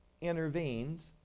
intervenes